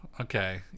Okay